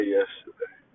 yesterday